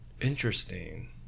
interesting